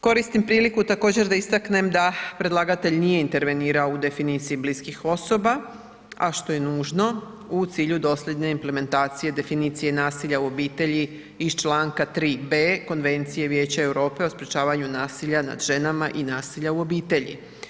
Koristim priliku također da istaknem da predlagatelj nije intervenirao u definiciji bliskih osoba, a što je nužno u cilju dosljedne implementacije definicije nasilja u obitelji iz čl. 3.b Konvencije Vijeća Europe o sprječavanju nasilja nad ženama i nasilja u obitelji.